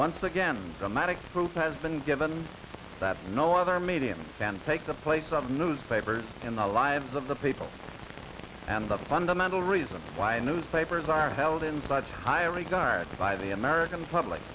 once again sematic proof has been given that no other medium than take the place of newspapers in the lives of the people and the fundamental reason why newspapers are held in such high regard by the american public